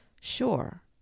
Sure